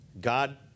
God